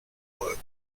work